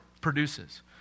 produces